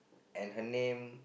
and her name